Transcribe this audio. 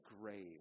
grave